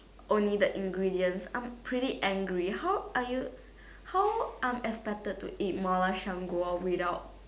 only the ingredients I'm pretty angry how are you how I'm expected to eat mala 香锅 without